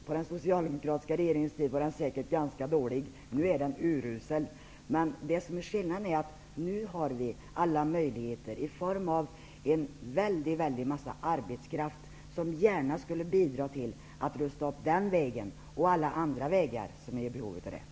På den socialdemokratiska regeringens tid var den säkert ganska dålig. Nu är den urusel. Skillnaden är att vi nu har alla möjligheter att rusta upp den vägen och alla andra vägar som är i behov av det, i form av en stor mängd arbetskraft som gärna skulle bidra.